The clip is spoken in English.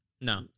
No